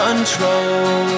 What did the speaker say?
Control